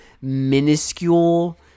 minuscule